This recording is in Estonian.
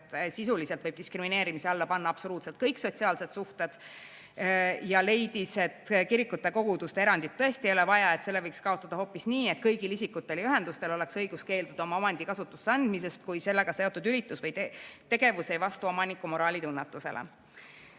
et sisuliselt võib diskrimineerimise alla panna absoluutselt kõik sotsiaalsed suhted. Ta leidis, et kirikute ja koguduste erandit tõesti ei ole vaja, selle võiks kaotada hoopis nii, et kõigil isikutel ja ühendustel oleks õigus keelduda oma omandi kasutusse andmisest, kui sellega seotud üritus või tegevus ei vasta omaniku moraalitunnetusele.